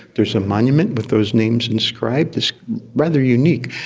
there is a monument with those names inscribed. it's rather unique.